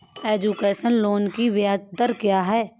Education loan की ब्याज दर क्या है?